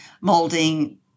molding